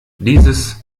dieses